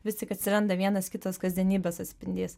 vis tik atsiranda vienas kitas kasdienybės atspindys